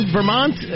Vermont